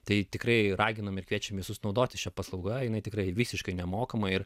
tai tikrai raginam ir kviečiam visus naudotis šia paslauga jinai tikrai visiškai nemokama ir